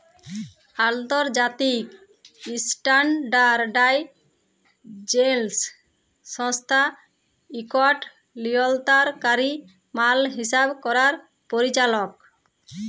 আলতর্জাতিক ইসট্যানডারডাইজেসল সংস্থা ইকট লিয়লতরলকারি মাল হিসাব ক্যরার পরিচালক